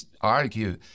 argue